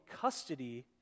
custody